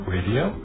Radio